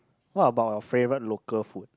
what about your favorite local food